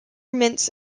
mints